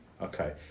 okay